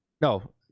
No